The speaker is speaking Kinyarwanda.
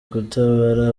gutabara